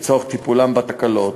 לצורך טיפולה בתקלות.